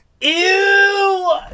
Ew